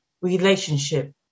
relationship